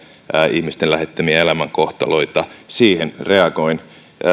ihmisten lähettämiä elämänkohtaloita siihen reagoin